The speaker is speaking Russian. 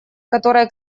которая